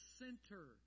center